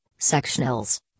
sectionals